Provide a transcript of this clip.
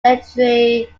literary